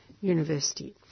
University